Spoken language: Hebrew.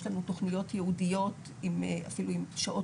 יש לנו תוכניות ייעודיות אפילו עם שעות